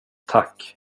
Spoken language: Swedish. tack